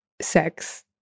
sex